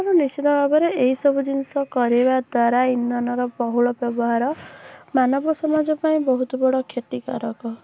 ତେଣୁ ନିଶ୍ଚିତ ଭାବରେ ଏଇ ସବୁ ଜିନିଷ କରିବାଦ୍ୱାରା ଇନ୍ଧନର ବହୁଳ ବ୍ୟବହାର ମାନବ ସମାଜ ପାଇଁ ବହୁତ ବଡ଼ କ୍ଷତିକାରକ